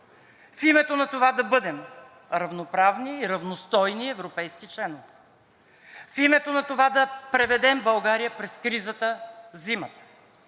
в името на това да бъдем равноправни и равностойни европейски членове; в името на това да преведем България през кризата зимата;